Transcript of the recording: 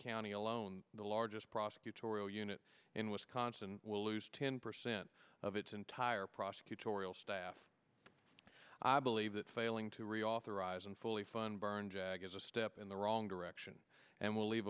county alone the largest prosecutorial unit in wisconsin will lose ten percent of its entire prosecutorial staff i believe that failing to reauthorize and fully fund burn jag is a step in the wrong direction and will leave